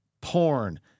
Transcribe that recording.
porn